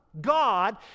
God